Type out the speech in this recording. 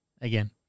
Again